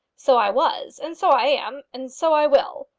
so i was and so i am and so i will.